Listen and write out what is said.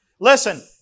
Listen